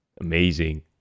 Amazing